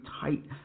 tight